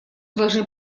должны